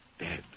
dead